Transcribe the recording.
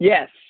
Yes